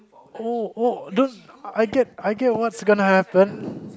oh oh those I get I get what's gonna happen